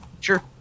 Sure